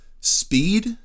speed